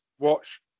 watch